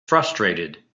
frustrated